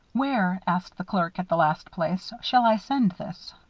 where, asked the clerk, at the last place, shall i send this?